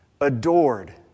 Adored